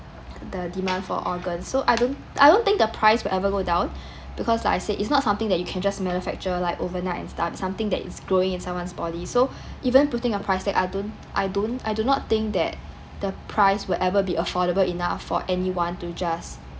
the demands for organ so I don't I don't think the price will ever go down because like I said it's not something that you can just manufacture like overnight and stuff but something that is growing inside one's body so even putting a price tag I don't don't I do not think that the price will ever be affordable enough for anyone to just